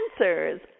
Answers